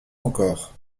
encore